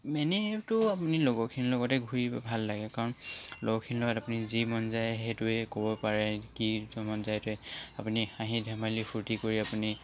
এনেইতো আমি লগৰখিনিৰ লগতে ঘূৰিব ভাল লাগে কাৰণ লগৰখিনিৰ লগত আপুনি যি মন যায় সেইটোৱে ক'ব পাৰে কি মন যায় আপুনি হাঁহি ধেমালি ফূৰ্তি কৰি আপুনি